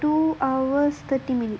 two hours thirty minutes